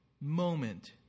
moment